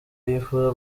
yifuza